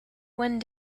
one